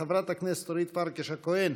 חברת הכנסת אורית פרקש הכהן,